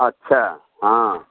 अच्छा हँ